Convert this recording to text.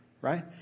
right